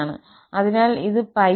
അതിനാൽ ഇത് 𝜋 ഇത് −𝜋